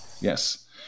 Yes